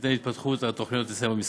בהתאם להתפתחות התוכניות במשרדים.